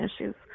issues